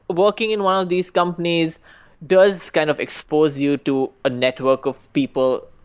working in one of these companies does kind of expose you to a network of people.